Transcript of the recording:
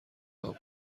هام